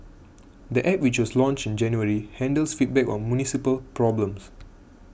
the App which was launched in January handles feedback on municipal problems